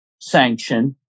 sanction